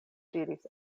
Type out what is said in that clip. diris